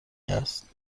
است